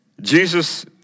Jesus